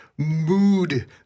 mood